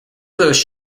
those